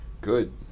Good